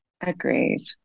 Agreed